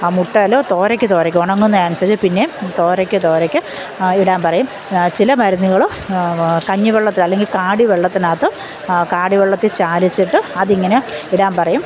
ആ മുട്ടിൽ തോരയ്ക്ക് തോരയ്ക്ക് ഒണങ്ങുന്ന അനുസരിച്ച് പിന്നെയും തോരയ്ക്ക് തോരയ്ക്ക് ഇടാൻ പറയും ചില മരുന്നുകൾ കഞ്ഞി വെള്ളത്തിൽ അല്ലെങ്കിൽ കാടി വെള്ളത്തിനകത്ത് കാടി വെള്ളത്തിൽ ചാലിച്ചിട്ട് അതിങ്ങനെ ഇടാൻ പറയും